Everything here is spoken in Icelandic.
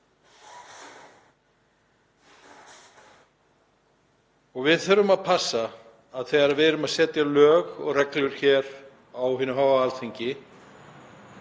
Við þurfum að passa, þegar við erum að setja lög og reglur hér á hinu háa Alþingi,